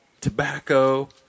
tobacco